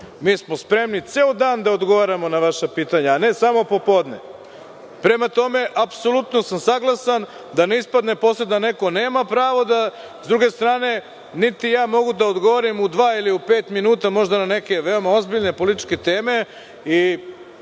mi smo spremni ceo dan da odgovaramo na vaša pitanja, a ne samo popodne. Prema tome, apsolutno sam saglasan, da ne ispadne posle da neko nema pravo. Sa druge strane, niti ja mogu da odgovorim u dva ili pet minuta na možda neke veoma ozbiljne političke teme